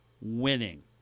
winning